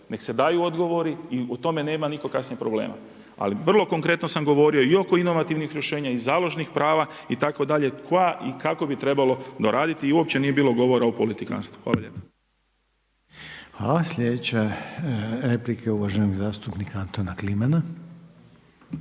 nek se daju odgovori i u tome nema nitko kasnije problema. Ali vrlo konkretno sam govorio i oko inovativnih rješenja i o založnih prava itd., koja i kako bi trebalo doraditi i uopće nije bilo govora o politikantstvu. Hvala lijepo. **Reiner, Željko (HDZ)** Hvala.